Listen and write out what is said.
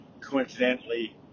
coincidentally